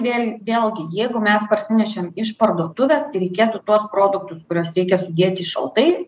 vėl vėlgi jeigu mes parsinešėm iš parduotuvės tai reikėtų tuos produktus kuriuos reikia sudėti šaltai